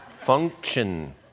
function